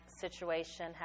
situation